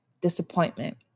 disappointment